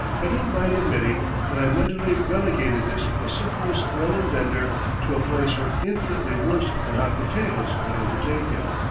i don't mind admitting that i mentally relegated this vociferous melon-vender to a place where infinitely worse than hot potatoes would overtake him.